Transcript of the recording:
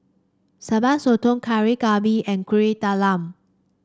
Sambal Sotong Kari Babi and Kuih Talam